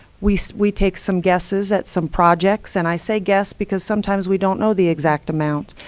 we we take some guesses at some projects. and i say guess, because sometimes we don't know the exact amount.